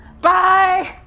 Bye